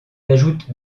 ajoute